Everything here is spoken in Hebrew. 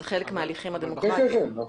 זה חלק מההליכים הדמוקרטיים.